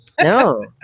No